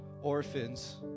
orphans